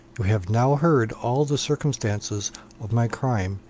you have now heard all the circumstances of my crime,